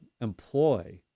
employ